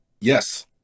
yes